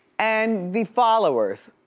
and the followers,